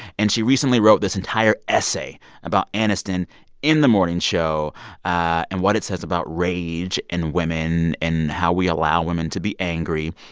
and she recently wrote this entire essay about aniston in the morning show and what it says about rage in and women and how we allow women to be angry.